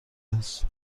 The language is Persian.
است